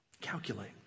Calculate